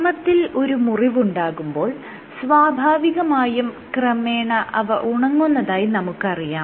ചർമ്മത്തിൽ ഒരു മുറിവുണ്ടാകുമ്പോൾ സ്വാഭാവികമായും ക്രമേണ അവ ഉണങ്ങുന്നതായി നമുക്കറിയാം